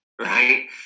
Right